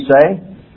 say